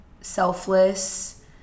selfless